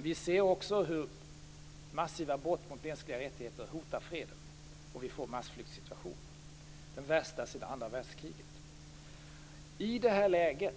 Vi ser också hur massiva brott mot mänskliga rättigheter hotar freden, och vi får en massflyktsituation - den värsta sedan andra världskriget. I detta läge